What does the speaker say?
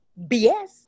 BS